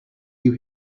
you